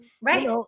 Right